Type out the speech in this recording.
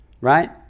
Right